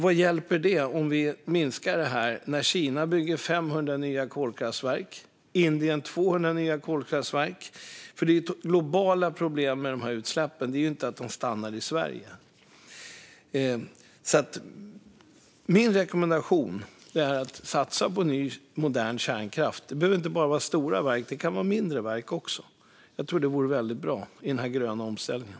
Vad hjälper det om vi minskar utsläppen här när Kina bygger 500 nya kolkraftverk och Indien 200 nya kolkraftverk? Problemen med utsläppen är ju globala. De stannar inte i Sverige. Min rekommendation är därför att satsa på ny, modern kärnkraft. Det behöver inte bara vara stora verk, utan det kan vara mindre verk också. Jag tror att det vore väldigt bra i den gröna omställningen.